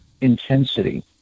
intensity